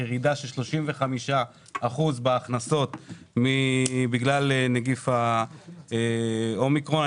ירידה של 35% בהכנסות בגלל נגיף האומיקרון.